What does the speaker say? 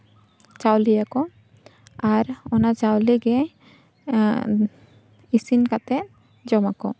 ᱪᱟᱣᱞᱮᱭᱟᱠᱚ ᱟᱨ ᱚᱱᱟ ᱪᱟᱣᱞᱮ ᱜᱮ ᱤᱥᱤᱱ ᱠᱟᱛᱮ ᱡᱚᱢᱟᱠᱚ